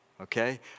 okay